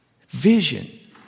vision